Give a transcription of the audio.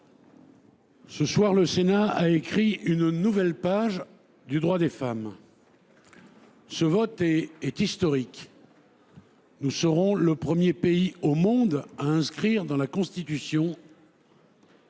Ce soir, le Sénat a écrit une nouvelle page de l’histoire du droit des femmes. Ce vote est historique : la France sera le premier pays au monde à inscrire dans sa Constitution